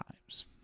times